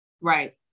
Right